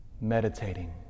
meditating